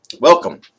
Welcome